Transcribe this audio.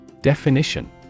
Definition